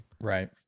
right